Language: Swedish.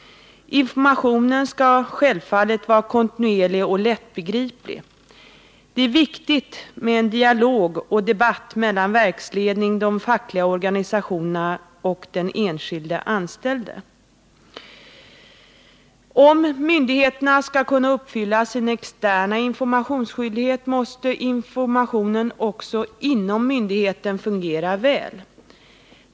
Informationen ska självfallet vara kontinuerlig och lättbegriplig. Det är också viktigt med dialog och debatt mellan verksledningarna, de fackliga organisationerna och den enskilde anställde. Om myndigheterna ska kunna uppfylla sin externa informationsskyldighet måste också informationen inom myndigheten fungera väl.